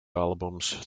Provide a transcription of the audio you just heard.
albums